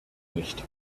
nicht